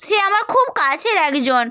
সে আমার খুব কাছের একজন